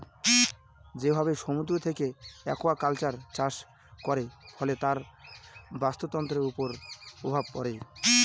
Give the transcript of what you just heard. যেভাবে সমুদ্র থেকে একুয়াকালচার চাষ করে, ফলে তার বাস্তুতন্ত্রের উপর প্রভাব পড়ে